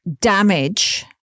damage